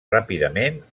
ràpidament